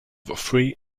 three